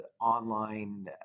online